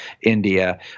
India